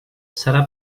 serà